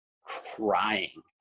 crying